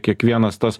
kiekvienas tos